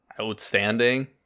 outstanding